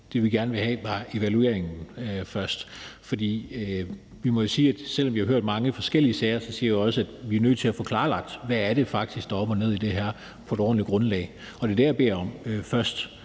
Thiesen, gerne have evalueringen først, for vi må jo sige, at selv om vi har hørt om mange forskellige sager, er vi nødt til at få klarlagt, hvad der faktisk er op og ned i det her og få et ordentligt grundlag. Det er det, jeg vil bede om først.